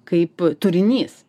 kaip turinys